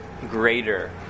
greater